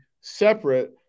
separate